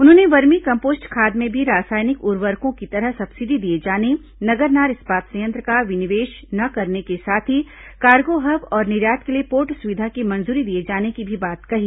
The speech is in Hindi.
उन्होंने वर्मी कम्पोस्ट खाद में भी रासायनिक उर्वरकों की तरह सब्सिडी दिए जाने नगरनार इस्पात संयंत्र का विनिवेश न करने के साथ ही कार्गो हब और निर्यात के लिए पोर्ट सुविधा की मंजूरी दिए जाने की भी बात कही